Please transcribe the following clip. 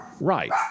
right